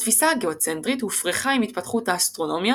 התפיסה הגאוצנטרית הופרכה עם התפתחות האסטרונומיה